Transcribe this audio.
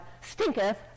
stinketh